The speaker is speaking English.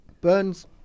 Burn's